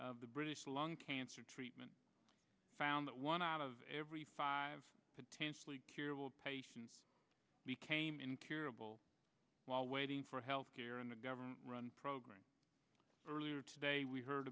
of the british lung cancer treatment found that one out of every five potentially curable patients became incurable while waiting for health care in a government run program earlier today we heard